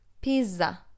pizza